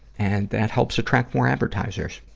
and that help so attract more advertisers.